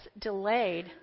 delayed